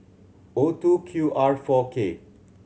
O two Q R four K